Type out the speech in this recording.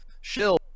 shill